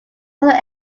other